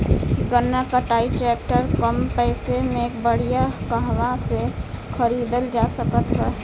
गन्ना कटाई ट्रैक्टर कम पैसे में बढ़िया कहवा से खरिदल जा सकत बा?